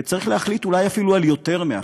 וצריך להחליט אולי אפילו על יותר מאחת,